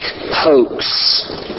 hoax